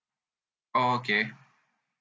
orh okay